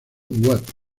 webb